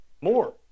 more